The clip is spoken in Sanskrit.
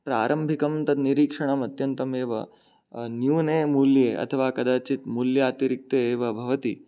प्रारम्भिकं तद् निरीक्षणम् अत्यन्तमेव न्यूने मूल्ये अथवा कदाचित् मूल्यातिरिक्ते वा भवति